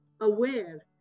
aware